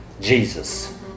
Jesus